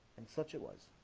and such it was